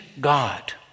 God